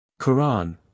Quran